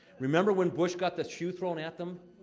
remember when bush got that shoe thrown at him?